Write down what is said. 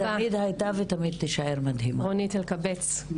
נורמות סקסיסטיות,